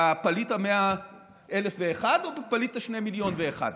בפליט ה-100,000 ואחד או בפליט ה-2 מיליון ואחד?